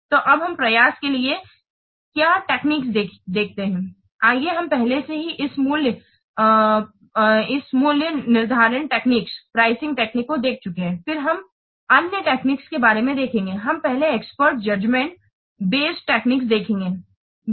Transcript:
तो अब हम प्रयास के लिए क्या टेक्निक्स देखते हैं आइए हम पहले से ही इस मूल्य निर्धारण टेक्निक्स को देख चुके हैं फिर हम अन्य टेक्निक्स के बारे में देखेंगे हम पहले expert judgement base techniques expert Judgement based techniques देखेंगे